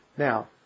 Now